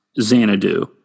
Xanadu